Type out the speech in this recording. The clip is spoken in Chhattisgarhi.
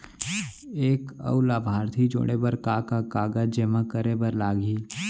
एक अऊ लाभार्थी जोड़े बर का का कागज जेमा करे बर लागही?